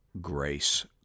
grace